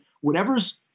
whatever's